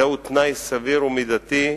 זהו תנאי סביר ומידתי,